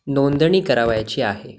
नोंदणी करावयाची आहे